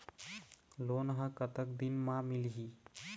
Loan ह कतक दिन मा मिलही?